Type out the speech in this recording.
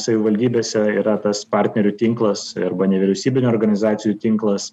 savivaldybėse yra tas partnerių tinklas arba nevyriausybinių organizacijų tinklas